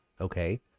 Okay